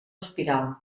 espiral